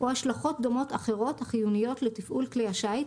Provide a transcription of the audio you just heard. או השלכות דומות אחרות החיוניות לתפעול כלי השיט,